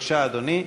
בבקשה, אדוני.